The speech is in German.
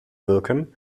wirken